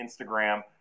Instagram